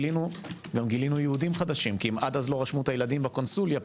גם גילינו יהודים חדשים כי עד אז לא רשמו את הילדים בקונסוליה.